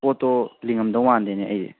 ꯄꯣꯠꯇꯣ ꯂꯤꯡꯉꯝꯗꯧ ꯃꯥꯟꯗꯦꯅꯦ ꯑꯩꯗꯤ